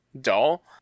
dull